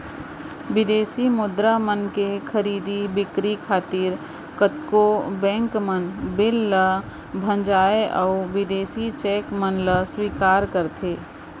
बिदेसी मुद्रा मन के खरीदी बिक्री खातिर कतको बेंक मन बिल ल भँजाथें अउ बिदेसी चेक मन ल स्वीकार करथे